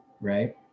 Right